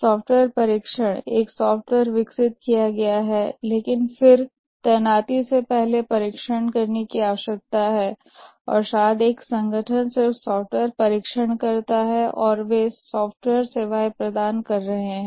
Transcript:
software परीक्षण एक software विकसित किया गया है लेकिन फिर डेप्लॉयमेंट से पहले परीक्षण करने की आवश्यकता है और एक आर्गेनाईजेशन शायद सिर्फ सॉफ्टवेयर परीक्षण करता है और वे सॉफ्टवेयर सेवाएं प्रदान कर रहे हैं